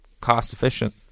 cost-efficient